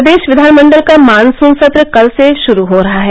प्रदेश विधानमण्डल का मानसून सत्र कल से शुरू हो रहा है